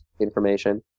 information